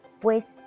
pues